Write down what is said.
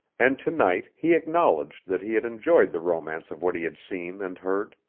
and to-night he acknowledged that he had enjoyed the romance of what he had seen and heard.